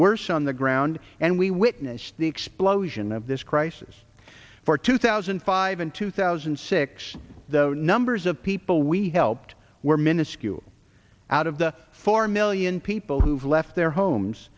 worse on the ground and we witnessed the explosion of this crisis for two thousand and five and two thousand and six the numbers of people we helped were minuscule out of the four million people who've left their homes